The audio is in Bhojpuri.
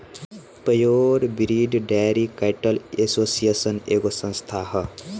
pure breed dairy cattle association एगो संस्था ह